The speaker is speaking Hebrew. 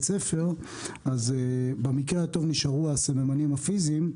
ספר אז במקרה הטוב נשארו הסממנים הפיזיים,